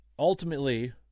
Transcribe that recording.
Ultimately